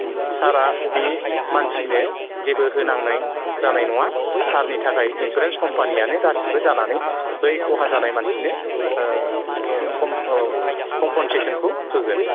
सारआ बे मानसिनो जेबो होनांनाय जानाय नङा सारनि थाखाय इन्सुरेन्स कम्पानियानो गासिबो जानानै बै खहा जानाय मानसिनो कम्प कम्पसेसनखौ होगोन